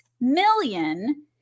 million